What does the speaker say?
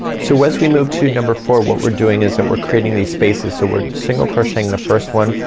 so as we move to number four what we're doing is that we're creating these spaces. so we're single crocheting the first one,